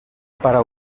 para